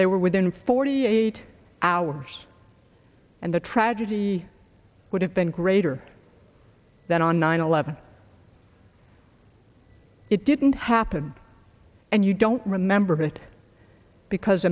they were within forty eight hours and the tragedy would have been great or that on nine eleven it didn't happen and you don't remember that because